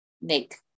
make